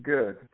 Good